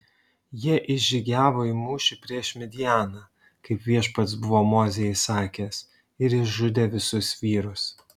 jie išžygiavo į mūšį prieš midjaną kaip viešpats buvo mozei įsakęs ir išžudė visus vyrus